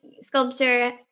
sculpture